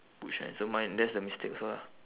boot shine so mine that's the mistake also lah